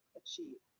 achieve